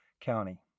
County